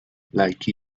like